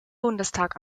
bundestag